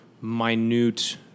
minute